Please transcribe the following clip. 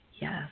yes